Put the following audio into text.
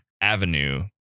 avenue